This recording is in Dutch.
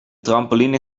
trampoline